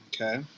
Okay